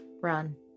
run